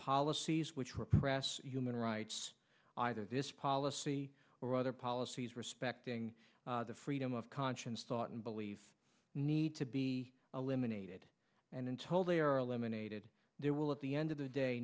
policies which repress human rights either this policy or other policies respecting the freedom of conscience thought and believe need to be eliminated and then told they are eliminated there will at the end of the day